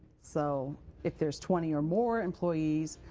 so if there is twenty or more employees,